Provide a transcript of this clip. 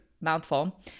mouthful